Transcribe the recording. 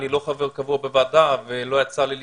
אני לא חבר קבוע בוועדה ולא יצא לי להשתתף,